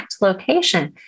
location